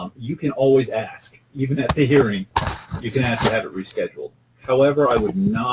um you can always ask, even at the hearing you can ask to have it rescheduled however i would